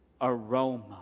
aroma